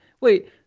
wait –